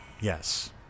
Yes